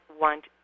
want